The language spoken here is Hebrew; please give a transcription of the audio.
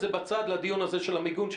שם את זה בצד לדיון הזה של המיגון.